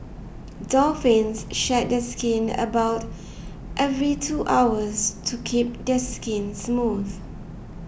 dolphins shed their skin about every two hours to keep their skin smooth